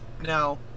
Now